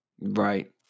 Right